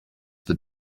that